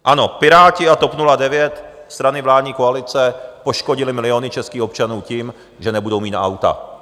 Ano, Piráti a TOP 09, strany vládní koalice, poškodily miliony českých občanů tím, že nebudou mít na auta.